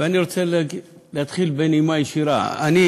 ואני רוצה להתחיל בנימה ישירה: אני